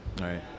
Right